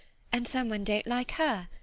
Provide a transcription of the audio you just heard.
and someone don't like her.